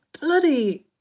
bloody